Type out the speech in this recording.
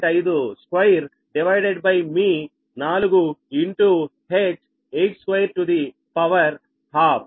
52 divided by me 4 into h 8 square to the power half